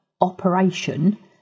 operation